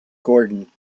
gordon